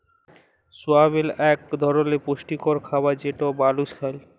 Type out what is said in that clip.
সয়াবিল এক ধরলের পুষ্টিকর খাবার যেটা মালুস খায়